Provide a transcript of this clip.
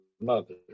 mother